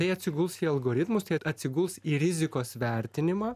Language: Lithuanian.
tai atsiguls į algoritmus tai atsiguls į rizikos vertinimą